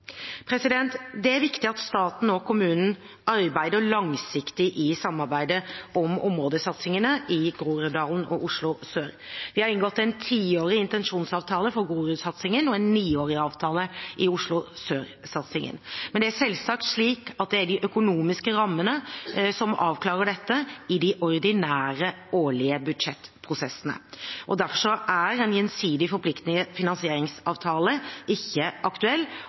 Det er viktig at staten og kommunen arbeider langsiktig i samarbeidet om områdesatsingene i Groruddalen og Oslo sør. Vi har inngått en tiårig intensjonsavtale for Groruddalssatsingen og en niårig avtale i Oslo sør-satsingen. Men det er selvsagt slik at de økonomiske rammene avklares i de ordinære, årlige budsjettprosessene. Derfor er en gjensidig forpliktende finansieringsavtale ikke aktuell,